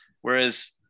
Whereas